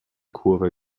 kurve